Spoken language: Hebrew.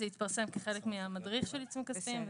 זה התפרסם כחלק מהמדריך של עיצומים כספיים.